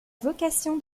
vocation